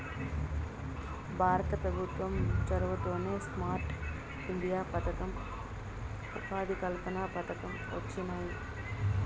భారత పెభుత్వం చొరవతోనే స్మార్ట్ ఇండియా పదకం, ఉపాధి కల్పన పథకం వొచ్చినాయి